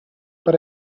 but